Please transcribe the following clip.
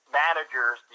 managers